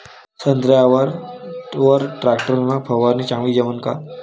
संत्र्यावर वर टॅक्टर न फवारनी चांगली जमन का?